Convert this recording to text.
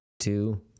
two